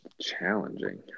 challenging